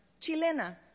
Chilena